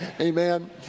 Amen